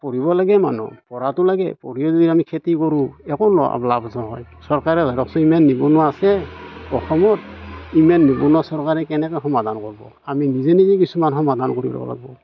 পঢ়িব লাগে মানুহ পঢ়াটো লাগে পঢ়িলে যে আমি খেতি কৰোঁ একো ল লাভ নহয় চৰকাৰে ভাবকচোন ইমান নিবনুৱা আছে অসমত ইমান নিবনুৱা চৰকাৰে কেনেকৈ সমাধান কৰিব আমি নিজে নিজে কিছুমান সমাধান কৰিব লাগিব